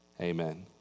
Amen